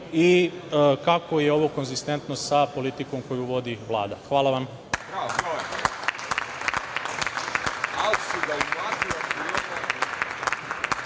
i kako je ovo konzistentno sa politikom koju vodi Vlada? Hvala vam.